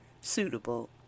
suitable